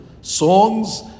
songs